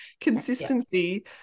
consistency